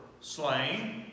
slain